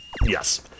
Yes